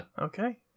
Okay